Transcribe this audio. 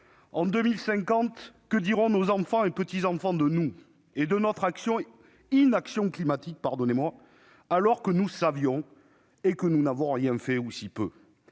En 2050, que diront nos enfants et petits-enfants de nous ? Que diront-ils de notre inaction climatique, alors que nous savions et que nous n'avons rien fait ou si peu ?